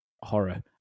horror